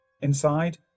Inside